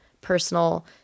personal